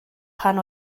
pan